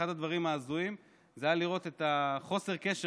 אחד הדברים ההזויים היה לראות את חוסר הקשר